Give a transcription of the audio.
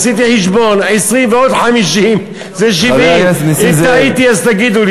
עשיתי חשבון 20% ועוד 50% זה 70%. אם טעיתי אז תגידו לי.